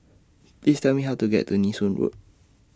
Please Tell Me How to get to Nee Soon Road